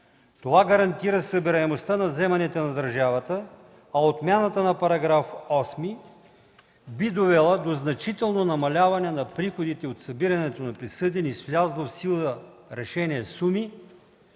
Това гарантира събираемостта на вземанията на държавата, а отмяната на § 8 би довела до значително намаляване на приходите от събирането на присъдени с влязло в сила решение суми,